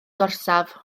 gorsaf